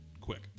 quick